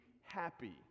happy